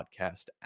podcast